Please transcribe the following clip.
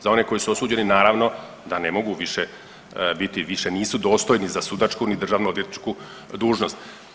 Za one koji su osuđeni naravno da ne mogu biti više, više nisu dostojni za sudačku ni državno odvjetničku dužnost.